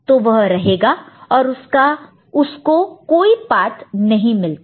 तो वह रहेगा और उसको कोई पात नहीं मिलता है